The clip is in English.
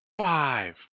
five